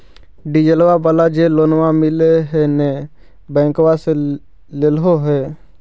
डिजलवा वाला जे लोनवा मिल है नै बैंकवा से लेलहो हे?